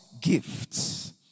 gifts